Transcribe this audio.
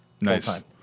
Nice